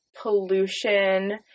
pollution